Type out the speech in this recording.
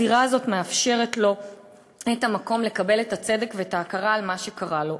הזירה הזאת מאפשרת לו את המקום לקבל את הצדק וההכרה על מה שקרה לו.